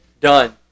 done